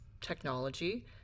technology